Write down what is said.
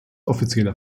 offizieller